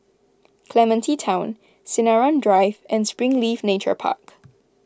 Clementi Town Sinaran Drive and Springleaf Nature Park